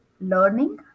learning